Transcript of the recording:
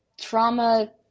trauma